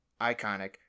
iconic